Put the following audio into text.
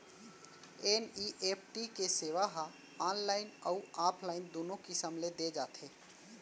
NEFT के सेवा ह ऑनलाइन अउ ऑफलाइन दूनो किसम ले दे जाथे